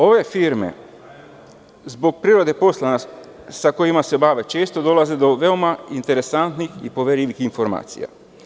Ove firme zbog prirode posla sa kojima se bave često dolaze do veoma interesantnih i poverljivih informacija.